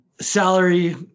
salary